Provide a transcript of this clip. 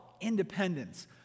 independence